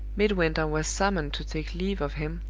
midwinter was summoned to take leave of him,